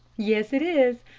yes, it is.